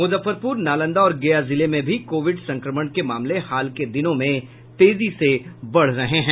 मुजफ्फरपुर नालंदा और गया जिले में भी कोविड संक्रमण के मामले हाल के दिनों में तेजी से बढ़ोतरी हुई है